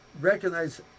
recognize